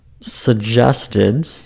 suggested